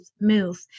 move